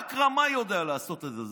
רק רמאי יודע לעשות את זה.